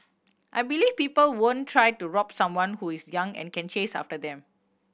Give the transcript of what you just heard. I believe people won't try to rob someone who is young and can chase after them